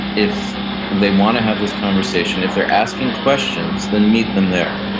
if they want to have this conversation, if they're asking questions, then meet them there.